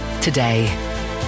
today